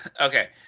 okay